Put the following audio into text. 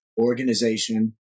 organization